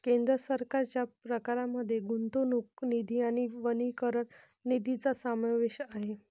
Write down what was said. केंद्र सरकारच्या प्रकारांमध्ये गुंतवणूक निधी आणि वनीकरण निधीचा समावेश आहे